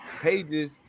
pages